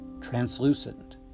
Translucent